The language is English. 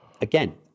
again